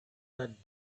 that